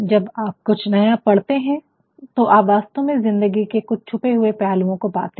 जब आप कुछ नया पढ़ते हैं तो आप वास्तव में जिंदगी के कुछ छुपे हुए पहलुओं को पाते हैं